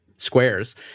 squares